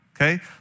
okay